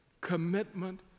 commitment